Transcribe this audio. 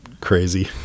crazy